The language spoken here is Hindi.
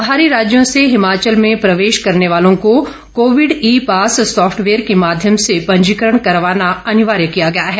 बाहरी राज्यों से हिमाचल में प्रवेश करने वालों को कोविड ई पास सॉफटवेयर के माध्यम से पंजीकरण करवाना अनिवार्य किया गया है